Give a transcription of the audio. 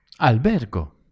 Albergo